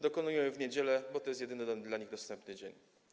Dokonują ich w niedzielę, bo to jest jedyny dla nich dostępny dzień.